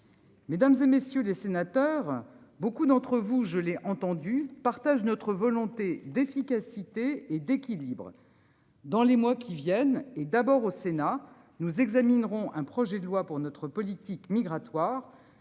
Mesdames, et messieurs les sénateurs. Beaucoup d'entre vous, je l'ai entendu partagent notre volonté d'efficacité et d'équilibre. Dans les mois qui viennent et d'abord au Sénat nous examinerons un projet de loi pour notre politique migratoire.